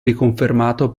riconfermato